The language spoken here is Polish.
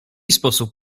sposób